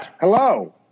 Hello